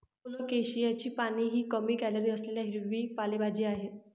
कोलोकेशियाची पाने ही कमी कॅलरी असलेली हिरवी पालेभाजी आहे